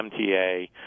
MTA